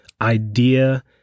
Idea